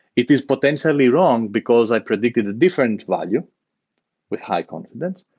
it is potentially wrong, because i predicted a different value with high confidence.